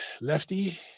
lefty